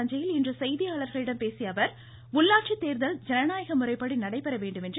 தஞ்சையில் இன்று செய்தியாளர்களிடம் பேசிய அவர் உள்ளாட்சித்தேர்தல் ஜனநாயக முறைப்படி நடைபெற வேண்டும் என்று கேட்டுக்கொண்டார்